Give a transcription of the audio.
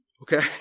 okay